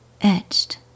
etched